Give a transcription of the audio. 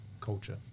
culture